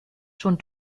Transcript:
schon